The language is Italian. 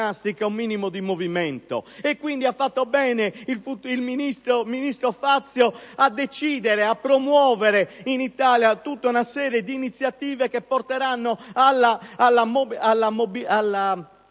un minimo di movimento. Quindi, ha fatto bene il ministro Fazio a promuovere in Italia tutta una serie di iniziative che porteranno ad